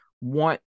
want